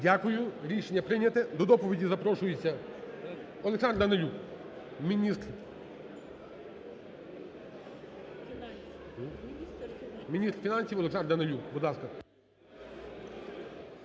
Дякую. Рішення прийняте. До доповіді запрошується Олександр Данилюк, міністр. Міністр фінансів Олександр Данилюк,